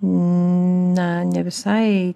na ne visai